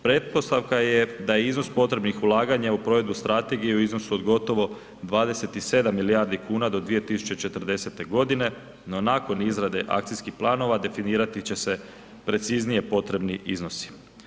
Pretpostavka je da iznos potrebnih ulaganja u provedbu Strategije u iznosu od gotovo 27 milijardi kuna do 2040.-te godine, no nakon izrade Akcijskih planova definirati će se preciznije potrebni iznosi.